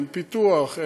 אין פיתוח,